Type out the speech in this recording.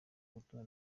gutuma